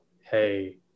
hey